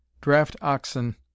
draft-oxen